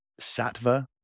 Satva